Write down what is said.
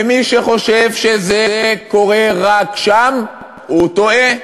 ומי שחושב שזה קורה רק שם הוא טועה.